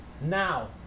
now